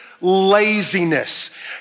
laziness